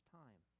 time